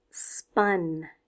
spun